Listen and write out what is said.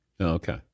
Okay